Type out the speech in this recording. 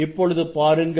இப்பொழுது பாருங்கள்